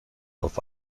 auf